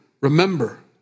Remember